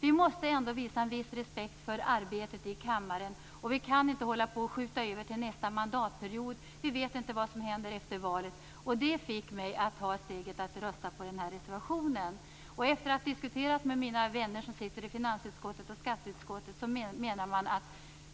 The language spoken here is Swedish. Vi måste ändå visa en viss respekt för arbetet i kammaren. Vi kan inte hålla på att skjuta över frågor till nästa mandatperiod. Vi vet inte vad som händer efter valet. Det fick mig att ta steget att stödja den här reservationen. Jag har diskuterat med mina vänner som sitter i finansutskottet och skatteutskottet.